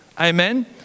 Amen